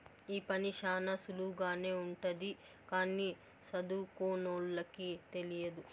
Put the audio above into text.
ఈ పని శ్యానా సులువుగానే ఉంటది కానీ సదువుకోనోళ్ళకి తెలియదు